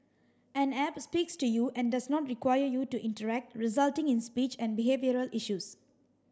an app speaks to you and does not require you to interact resulting in speech and behavioural issues